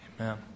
Amen